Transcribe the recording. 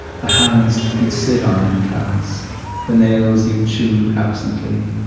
the hands you'd sit on in class the nails you chewed absently.